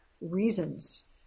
reasons